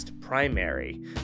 primary